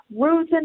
Rosen